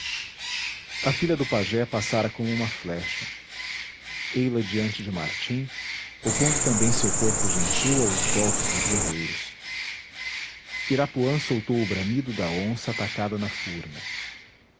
a filha do pajé passara como uma flecha ei-la diante de martim opondo também seu corpo gentil aos golpes dos guerreiros irapuã soltou o bramido da onça atacada na furna